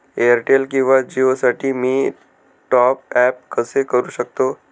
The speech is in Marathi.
एअरटेल किंवा जिओसाठी मी टॉप ॲप कसे करु शकतो?